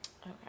Okay